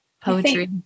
Poetry